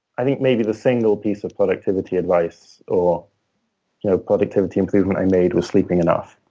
i think maybe the single piece of productivity advice or you know productivity improvement i made was sleeping enough.